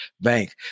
Bank